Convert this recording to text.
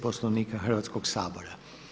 Poslovnika Hrvatskog sabora.